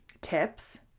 tips